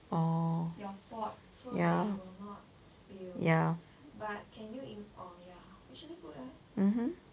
orh ya ya mmhmm